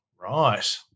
Right